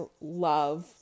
love